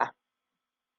ba